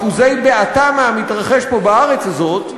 שאנחנו כולנו היינו אחוזי בעתה מהמתרחש פה בארץ הזאת,